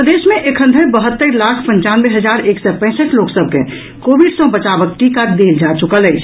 प्रदेश मे एखन धरि बहत्तरि लाख पंचानवे हजार एक सय पैंसठि लोक सभ के कोविड सँ बचावक टीका देल जा चुकल अछि